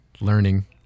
learning